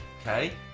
Okay